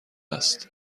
است